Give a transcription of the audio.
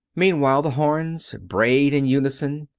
meanwhile, the horns brayed in unison,